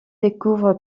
découvre